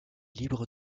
libre